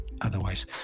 otherwise